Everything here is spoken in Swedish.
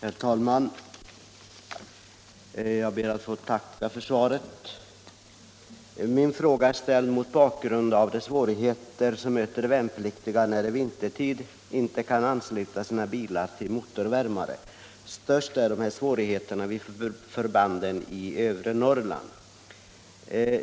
Herr talman! Jag ber att få tacka försvarsministern för svaret. Min fråga är ställd mot bakgrund av de svårigheter som möter de värnpliktiga när de vintertid inte kan ansluta sina bilar till motorvärmare. Störst är dessa svårigheter vid förbanden i övre Norrland.